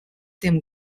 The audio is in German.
dem